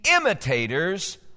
imitators